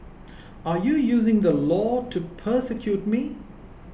are you using the law to persecute me